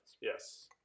Yes